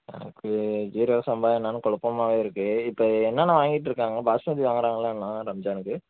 எனக்கு சீரகசம்பா என்னான்னு குழப்பமாவே இருக்கு இப்போ என்னென்ன வாங்கிட்டுருக்காங்க பாஸ்மதி வாங்கறாங்களா அண்ணா ரம்ஜானுக்கு